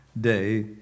day